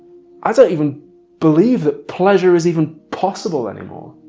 i don't even believe that pleasure is even possible anymore.